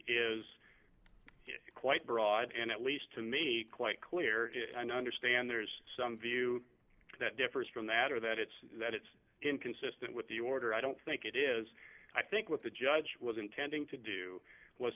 is quite broad and at least to me quite clear understanding there's some view that differs from that or that it's that it's inconsistent with the order i don't think it is i think what the judge was